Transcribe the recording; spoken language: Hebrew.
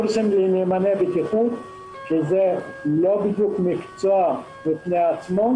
קורסים לנאמני בטיחות זה לא בדיוק מקצוע בפני עצמו.